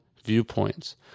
viewpoints